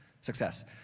success